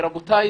רבותיי,